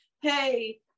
hey